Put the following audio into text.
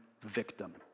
victim